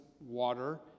water